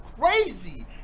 crazy